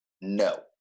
No